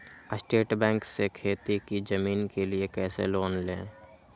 State bank से खेती की जमीन के लिए कैसे लोन ले?